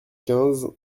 quinze